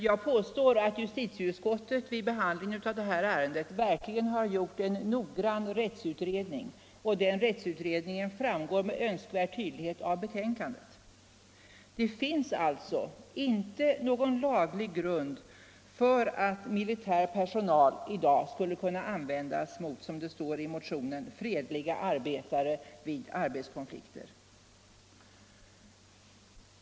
Jag påstår att justitieutskottet vid behandlingen av det här ärendet verkligen har gjort en noggrann rättsutredning och den rättsutredningen framgår med önskvärd tydlighet av betänkandet. Det finns alltså inte någon laglig grund för att militär personal i dag skulle kunna användas mot, som det står i motionen ”fredliga arbetare vid arbetskonflikter”.